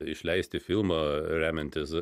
išleisti filmą remiantis